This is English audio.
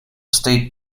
state